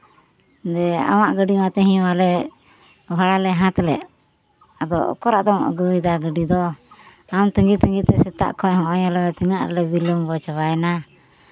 ᱡᱮ ᱟᱢᱟᱜ ᱜᱟᱹᱰᱤ ᱢᱟ ᱛᱮᱦᱤᱧ ᱢᱟᱞᱮ ᱵᱷᱟᱲᱟ ᱞᱮ ᱦᱟᱛᱟᱣ ᱞᱮᱫ ᱟᱫᱚ ᱩᱠᱩᱨ ᱟᱫᱚᱢ ᱟᱹᱜᱩᱭᱮᱫᱟ ᱜᱟᱹᱰᱤ ᱫᱚ ᱟᱢ ᱛᱟᱹᱜᱤ ᱛᱟᱹᱜᱤ ᱛᱮ ᱥᱮᱛᱟᱜ ᱠᱷᱚᱱ ᱱᱚᱜᱼᱚᱭ ᱧᱮᱞ ᱢᱮ ᱛᱤᱱᱟᱹᱜ ᱞᱮ ᱵᱤᱞᱚᱢᱵᱚ ᱪᱟᱵᱟᱭᱮᱱᱟ